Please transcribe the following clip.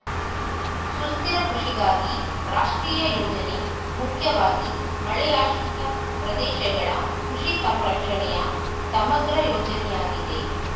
ಸುಸ್ಥಿರ ಕೃಷಿಗಾಗಿ ರಾಷ್ಟ್ರೀಯ ಯೋಜನೆ ಮುಖ್ಯವಾಗಿ ಮಳೆಯಾಶ್ರಿತ ಪ್ರದೇಶಗಳ ಕೃಷಿ ಸಂರಕ್ಷಣೆಯ ಸಮಗ್ರ ಯೋಜನೆಯಾಗಿದೆ